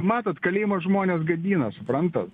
matot kalėjimas žmones gadina suprantat